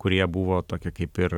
kurie buvo tokia kaip ir